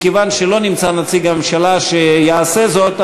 מכיוון שלא נמצא נציג הממשלה שיעשה זאת,